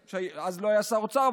שאז לא היה שר אוצר,